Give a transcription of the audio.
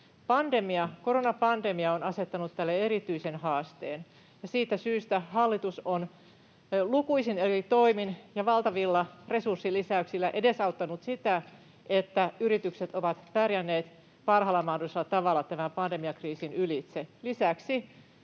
Koronapandemia on asettanut tälle erityisen haasteen, ja siitä syystä hallitus on lukuisin eri toimin ja valtavilla resurssilisäyksillä edesauttanut sitä, että yritykset ovat pärjänneet parhaalla mahdollisella tavalla tämän pandemiakriisin ylitse.